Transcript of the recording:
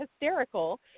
hysterical